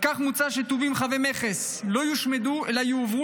על כן מוצע שטובין חבי מכס לא יושמדו אלא יועברו